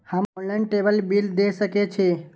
हम online table bill दे सके छी?